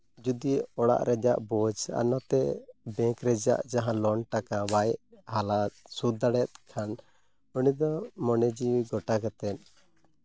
ᱡᱩᱫᱤ ᱚᱲᱟᱜ ᱨᱮᱭᱟᱜ ᱵᱳᱡᱽ ᱟᱨ ᱱᱮᱛᱮ ᱵᱮᱝᱠ ᱨᱮᱭᱟᱜ ᱡᱟᱦᱟᱸ ᱞᱳᱱ ᱴᱟᱠᱟ ᱦᱟᱞᱟ ᱵᱟᱭ ᱥᱳᱫᱷ ᱫᱟᱲᱮᱭᱟᱜ ᱠᱷᱟᱱ ᱩᱱᱤᱫᱚ ᱢᱚᱱᱮ ᱡᱤᱣᱤ ᱜᱳᱴᱟ ᱠᱟᱛᱮᱫ